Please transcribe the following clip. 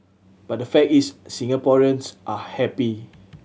but the fact is Singaporeans are happy